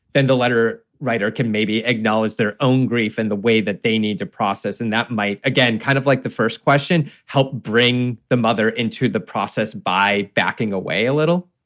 then the letter writer can maybe acknowledge their own grief in and the way that they need to process. and that might, again, kind of like the first question, helped bring the mother into the process by backing away a little